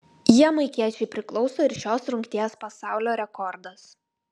jamaikiečiui priklauso ir šios rungties pasaulio rekordas